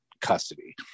custody